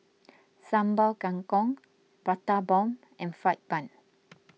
Sambal Kangkong Prata Bomb and Fried Bun